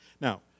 Now